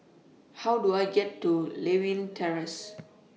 How Do I get to Lewin Terrace